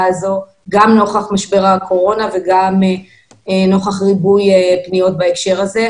הזאת גם נוכח משבר הקורונה וגם נוכח ריבוי פניות בהקשר הזה.